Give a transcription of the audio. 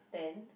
then